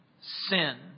sin